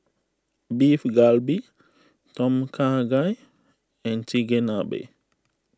Beef Galbi Tom Kha Gai and Chigenabe